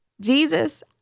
Jesus